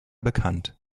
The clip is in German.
bekannt